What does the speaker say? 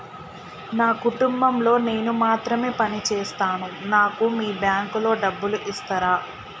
నా కుటుంబం లో నేను మాత్రమే పని చేస్తాను నాకు మీ బ్యాంకు లో డబ్బులు ఇస్తరా?